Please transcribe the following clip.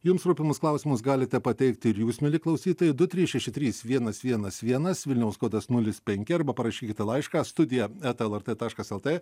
jums rūpimus klausimus galite pateikti ir jūs mieli klausytojai du trys šeši trys vienas vienas vienas vilniaus kodas nulis penki arba parašykite laišką studija eta lrt taškas lt